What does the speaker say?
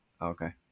Okay